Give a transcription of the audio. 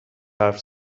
حرف